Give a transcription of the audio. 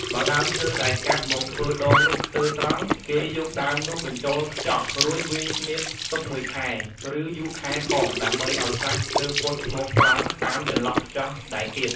បើដើមឈើដែលកាប់មកធ្វើដងនោះស្ទើរត្រង់ គេយកដើមនោះបញ្ចូលខ្ចោះ រួចវាយស្នៀតទុកមួយខែ ឬយូរខែផង ដើម្បីឲ្យសាច់ឈើពត់មកត្រង់តាមចន្លោះខ្ចោះដែលកៀប ។